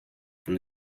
from